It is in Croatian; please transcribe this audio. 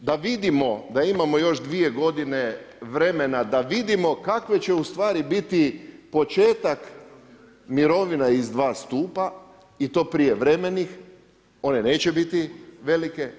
da vidimo da imamo još dvije godine vremena da vidimo kakve će ustvari biti početak mirovina iz dva skupa i to prijevremenih, one neće biti velike.